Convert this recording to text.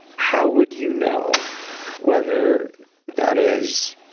how would you know whether that is